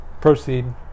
Proceed